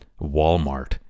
Walmart